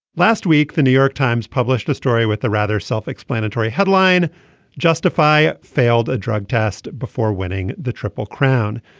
last week the new york times published a story with a rather self-explanatory headline justify failed a drug test before winning the triple crown.